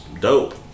dope